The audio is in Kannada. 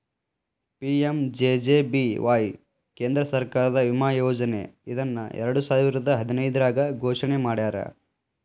ಪಿ.ಎಂ.ಜೆ.ಜೆ.ಬಿ.ವಾಯ್ ಕೇಂದ್ರ ಸರ್ಕಾರದ ವಿಮಾ ಯೋಜನೆ ಇದನ್ನ ಎರಡುಸಾವಿರದ್ ಹದಿನೈದ್ರಾಗ್ ಘೋಷಣೆ ಮಾಡ್ಯಾರ